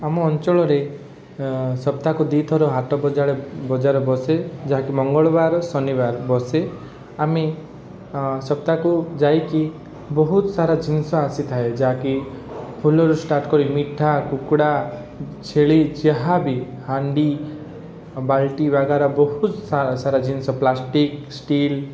ଆମ ଅଞ୍ଚଳରେ ସପ୍ତାହକୁ ଦୁଇ ଥର ହାଟ ବଜାର ବସେ ଯାହାକି ମଙ୍ଗଳବାର ଶନିବାର ବସେ ଆମେ ସପ୍ତାହକୁ ଯାଇ କି ବହୁତ ସାରା ଜିନିଷ ଆସିଥାଏ ଯାହାକି ଫୁଲ ରୁ ଷ୍ଟାର୍ଟ କରି ମିଠା କୁକୁଡ଼ା ଛେଳି ଯାହା ବି ହାଣ୍ଡି ବାଲ୍ଟି ବାଗେରା ବହୁତ ସାରା ସାରା ଜିନିଷ ପ୍ଲାଷ୍ଟିକ୍ ଷ୍ଟିଲ୍